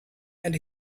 and